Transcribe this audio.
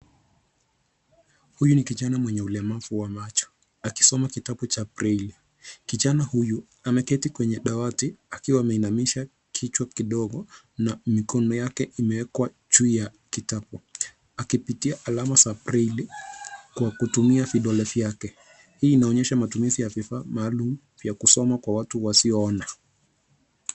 Huyu ni kijana mwenye ulemavu wa macho akisoma kitabu cha brelli. Kijana huyu ameketi kwenye dawati akiwa ameinamisha kichwa kidogo na mikono yake imewekwa juu ya kitabu hicho akipitia alama za brelli kwa kutumia vidole vyake. Hii inaonyesha matumizi ya vifaa maalum vya kusoma kwa watu wasio ona.